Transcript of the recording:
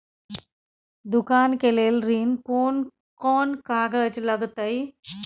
दुकान के लेल ऋण कोन कौन कागज लगतै?